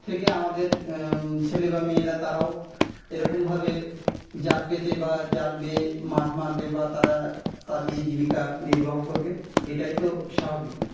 থেকে আমাদের ছেলে বা মেয়েরা তারাও এরকমভাবে জাল পেতে বা জাল বেয়ে মাছ মারবে বা তারা তা দিয়ে জীবিকা নির্বাহ করবে এটাই তো স্বাভাবিক